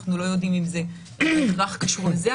אנחנו לא יודעים אם זה בהכרח קשור לזה,